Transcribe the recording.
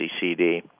CD